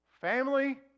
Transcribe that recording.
family